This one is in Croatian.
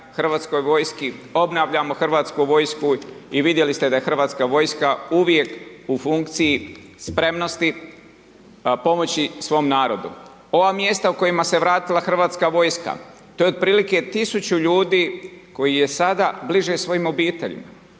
Hrvatskoj vojski, obnavljamo Hrvatsku vojsku i vidjeli ste da je Hrvatska vojska u vijek u funkciji spremnosti pomoći svom narodu. Ova mjesta o kojima se vratila Hrvatska vojska, to je otprilike tisuće ljudi koja je sada bliže svojim obiteljima,